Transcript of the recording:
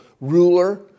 ruler